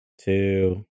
two